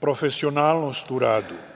profesionalnost u radu.U